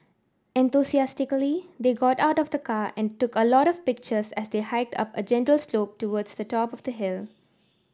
enthusiastically they got out of the car and took a lot of pictures as they hiked up a gentle slope towards the top of the hill